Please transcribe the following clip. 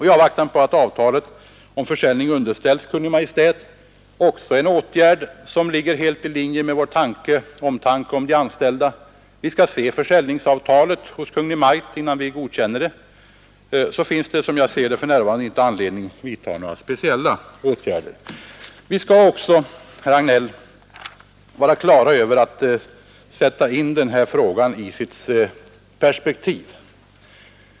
I avvaktan på att avtalet om försäljning underställs Kungl. Maj:t — det är också en åtgärd som ligger helt i linje med vår omtanke om de anställda att Kungl. Maj:t skall se avtalet innan det godkänns — finns det som jag ser det inte anledning vidta några speciella åtgärder. Vi skall också, herr Hagnell, sätta in denna fråga i sitt perspektiv.